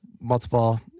multiple